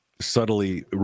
subtly